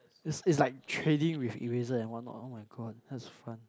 is is like trading with eraser and what not oh-my-god that was fun